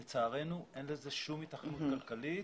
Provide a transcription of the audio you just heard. אבל לצערנו אין לזה שום היתכנות כלכלית.